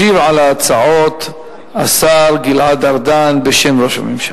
ישיב על ההצעות השר גלעד ארדן בשם ראש הממשלה.